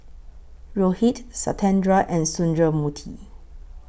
Rohit Satyendra and Sundramoorthy